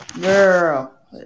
Girl